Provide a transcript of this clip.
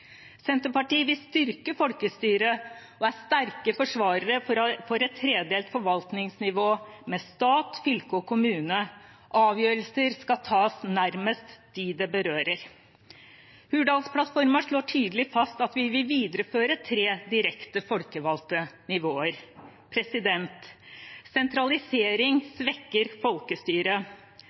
Senterpartiet vil styrke folkestyret og er sterke forsvarere av et tredelt forvaltningsnivå med stat, fylke og kommune. Avgjørelser skal tas nærmest dem de berører. Hurdalsplattformen slår tydelig fast at vi vil videreføre tre direkte folkevalgte nivåer. Sentralisering svekker folkestyret.